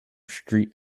street